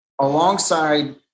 alongside